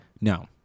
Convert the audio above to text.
no